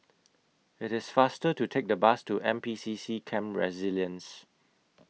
IT IS faster to Take The Bus to N P C C Camp Resilience